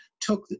took